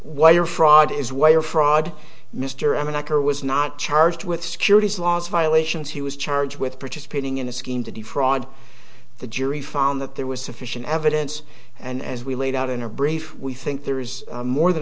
wire fraud is wire fraud mr m an actor was not charged with securities laws violations he was charged with participating in a scheme to defraud the jury found that there was sufficient evidence and as we laid out in our brief we think there is more than